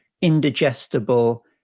indigestible